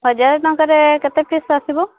ହଜାର ଟଙ୍କାରେ କେତେ ପିସ୍ ଆସିବ